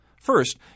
First